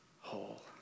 whole